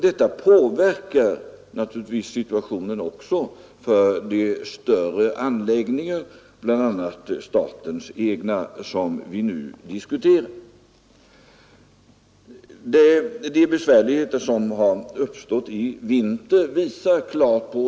Detta påverkar helt naturligt också situationen för de större anläggningar, bl.a. statens egna, som vi nu diskuterar. Det visas klart av de besvärligheter som uppstått i vinter.